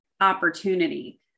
opportunity